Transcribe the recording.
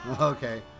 Okay